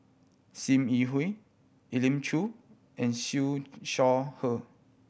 Sim Yi Hui Elim Chew and Siew Shaw Her